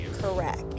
Correct